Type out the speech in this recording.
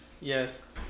Yes